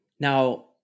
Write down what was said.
Now